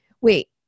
wait